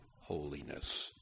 holiness